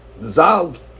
dissolved